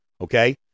Okay